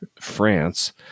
France